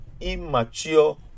immature